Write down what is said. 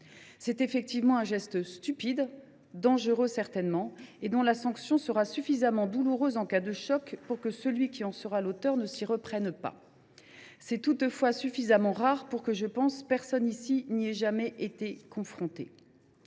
C’est en effet un geste stupide, dangereux certainement, dont la sanction sera suffisamment douloureuse en cas de choc pour que celui qui en sera l’auteur ne recommence pas. C’est toutefois suffisamment rare pour que, je pense, personne ici n’y ait jamais été confronté.